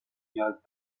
نیاز